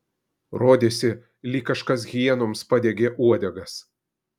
rodėsi lyg kažkas hienoms padegė uodegas